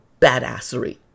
badassery